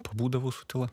pabūdavau su tyla